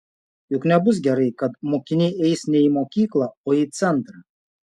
juk nebus gerai kad mokiniai eis ne į mokyklą o į centrą